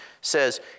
says